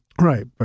Right